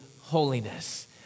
holiness